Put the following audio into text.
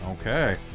Okay